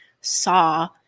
saw